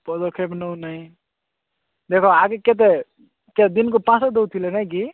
ପଦକ୍ଷେପ ନେଉ ନାଇଁ ଦେଖ ଆଗେ କେତେ ଦିନକୁ ପାଞ୍ଚଶହ ଦେଉଥିଲେ ନାଇଁ କି